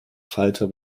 falter